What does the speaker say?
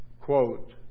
quote